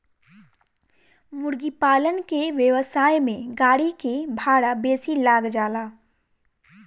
मुर्गीपालन के व्यवसाय में गाड़ी के भाड़ा बेसी लाग जाला